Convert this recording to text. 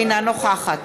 אינה נוכחת